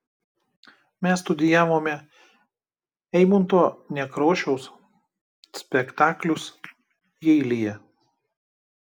mes studijavome eimunto nekrošiaus spektaklius jeilyje